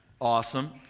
Awesome